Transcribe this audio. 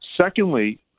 Secondly